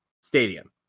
Stadium